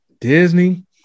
Disney